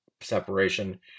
separation